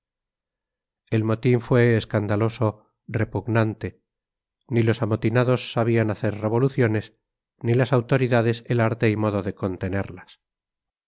el motín fue escandaloso repugnante ni los amotinados sabían hacer revoluciones ni las autoridades el arte y modo de contenerlas